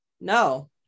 No